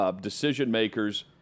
decision-makers –